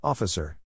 Officer